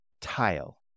tile